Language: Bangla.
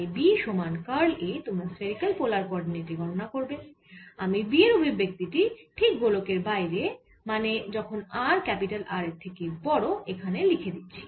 তাই B সমান কার্ল A তোমরা স্ফেরিকাল পোলার কোঅরডিনেটে গণনা করবে আমি B এর অভিব্যক্তি ঠিক গোলকের বাইরে মানে যখন r ক্যাপিটাল R এর থেকে বড় এখানে লিখে দিচ্ছি